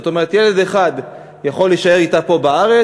זאת אומרת, ילד אחד יכול להישאר אתה פה בארץ